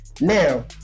Now